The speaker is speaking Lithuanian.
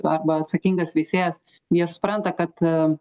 arba atsakingas veisėjas jie supranta kad